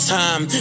time